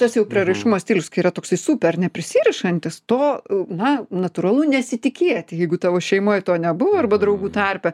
tas jau prieraišumo stilius kai yra toksai super neprisirišantis to na natūralu nesitikėti jeigu tavo šeimoje to nebuvo arba draugų tarpe